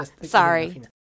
Sorry